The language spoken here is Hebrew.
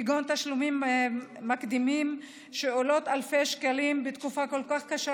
כגון תשלומים מקדימים של אלפי שקלים בתקופה כל כך קשה,